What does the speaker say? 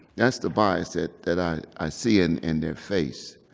that's the bias that that i i see in and their face.